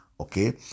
Okay